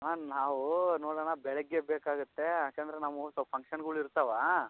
ಹಾಂ ನಾವು ನೋಡಣ್ಣ ಬೆಳಗ್ಗೆ ಬೇಕಾಗತ್ತೆ ಯಾಕಂದರೆ ನಾವು ಸೊಲ್ಪ ಫಂಕ್ಷನ್ಗಳು ಇರ್ತವ